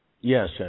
Yes